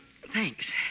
Thanks